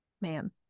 man